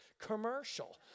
commercial